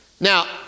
Now